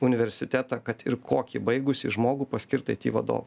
universitetą kad ir kokį baigusį žmogų paskirt aiti vadovu